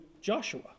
Joshua